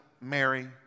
Mary